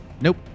Nope